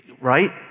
right